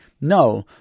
No